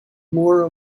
more